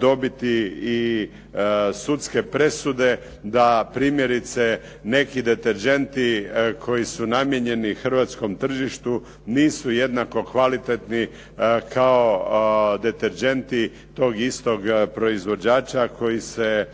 dobiti i sudske presude da primjerice neki deterdženti koji su namijenjeni hrvatskom tržištu nisu jednako kvalitetni kao deterdženti tog istog proizvođača koji se